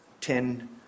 ten